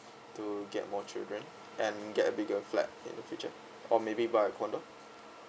to get more children and get a bigger flat in the future or maybe buy a condo